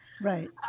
Right